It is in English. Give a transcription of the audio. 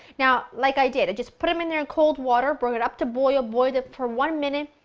now, like i did, i just put them in there in cold water, brought it up to boil, boiled them for one minute,